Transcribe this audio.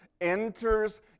enters